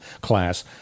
class